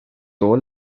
tuvo